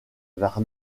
vers